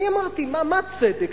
אני אמרתי: מה צדק?